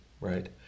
right